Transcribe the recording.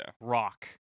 rock